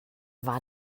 war